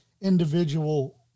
individual